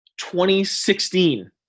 2016